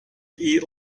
eat